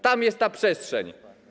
Tam jest ta przestrzeń.